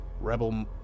Rebel